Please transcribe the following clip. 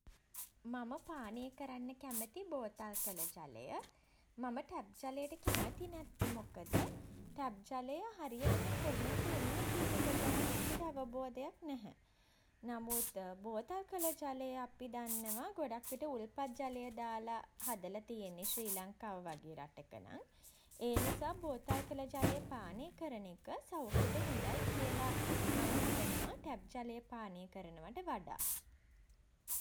මම පානය කරන්න කැමති බෝතල් කළ ජලය. මම ටැප් ජලයට කැමති නැත්තේ මොකද ටැප් ජලය හරියටම කොහෙන්ද එන්නේ කියන එක ගැන අපිට අවබෝධයක් නැහැ. නමුත් බෝතල් කළ ජලය අපි දන්නවා ගොඩක් විට උල්පත් ජලය දාලා හදලා තියෙන්නේ ශ්‍රී ලංකාව වගේ රටක නම්. ඒක නිසා බෝතල් කළ ජලය පානය කරන එක සෞඛ්‍යයට හොඳයි කියලා මං හිතනවා ටැප් ජලය පානය කරනවාට වඩා.